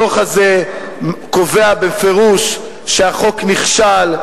הדוח הזה קובע בפירוש שהחוק נכשל,